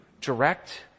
direct